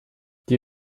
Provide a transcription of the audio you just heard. die